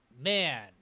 man